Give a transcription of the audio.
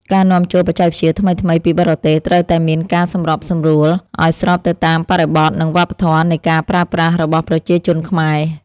ការនាំចូលបច្ចេកវិទ្យាថ្មីៗពីបរទេសត្រូវតែមានការសម្របសម្រួលឱ្យស្របទៅតាមបរិបទនិងវប្បធម៌នៃការប្រើប្រាស់របស់ប្រជាជនខ្មែរ។